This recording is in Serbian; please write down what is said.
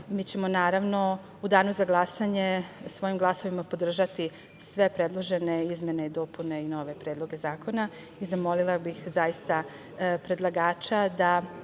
ćemo naravno u danu za glasanje svojim glasovima podržati sve predložene izmene i dopune i nove predloge zakona. Zamolila bih zaista predlagača da